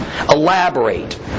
elaborate